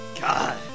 God